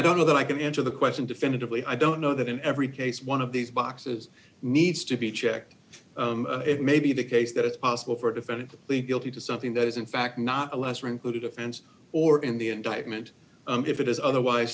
i don't know that i can answer the question definitively i don't know that in every case one of these boxes needs to be checked it may be the case that it's possible for a defendant plead guilty to something that is in fact not a lesser included offense or in the indictment if it is otherwise